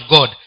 God